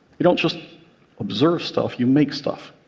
you don't just observe stuff, you make stuff.